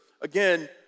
again